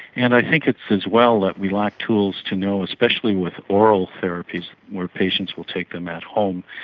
and i think it's as well that we lack tools to know, especially with oral therapies where patients will take them at home,